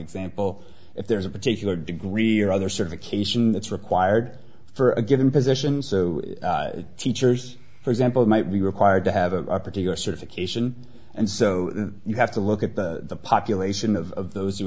example if there is a particular degree or other certification that's required for a given position teachers for example might be required to have a particular certification and so you have to look at the population of those who